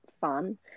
fun